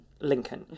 lincoln